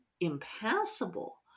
impassable